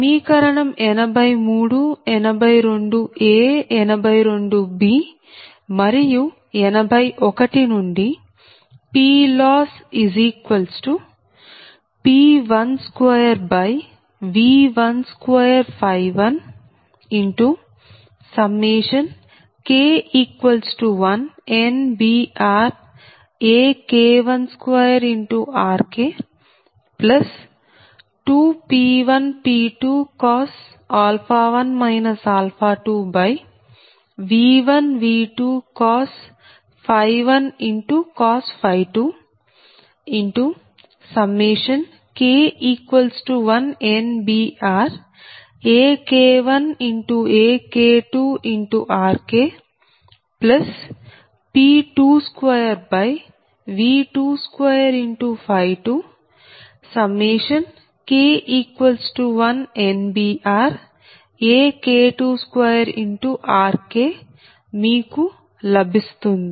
సమీకరణం 83 82 82 మరియు 81 నుండిPLossP12V121 K1NBRAK12RK2P1P2 1 2 V1V21 2 K1NBRAK1AK2RKP22V222 K1NBRAK22RKమీకు లభిస్తుంది